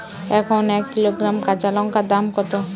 এখন এক কিলোগ্রাম কাঁচা লঙ্কার দাম কত?